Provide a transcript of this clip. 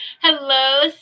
Hello